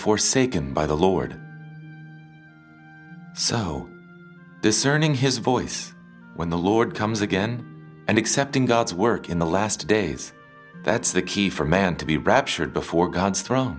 forsaken by the lord so discerning his voice when the lord comes again and accepting god's work in the last days that's the key for man to be raptured before god's thron